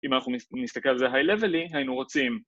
אם אנחנו נסתכל על זה היי-לבלי, היינו רוצים.